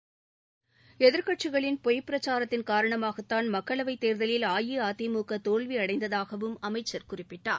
எதிர்க்கட்சிகளின் பொய்ப்பிரச்சாரத்தின் காரணமாகத்தான் மக்களவைத் தேர்தலில் அஇஅதிமுக தோல்வி அடைந்ததாகவும் அமைச்சர் குறிப்பிட்டார்